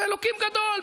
אלוקים גדול,